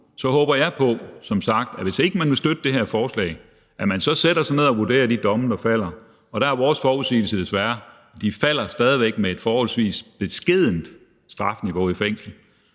som sagt på, at man, hvis ikke man vil støtte det her forslag, så sætter sig ned og vurderer de domme, der falder. Og der er vores forudsigelse desværre, at de stadig væk falder med et forholdsvis beskedent strafniveau, og